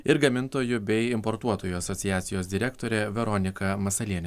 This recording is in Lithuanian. ir gamintojų bei importuotojų asociacijos direktorė veronika masalienė